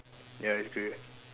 ya it's grey